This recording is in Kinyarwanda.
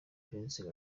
prince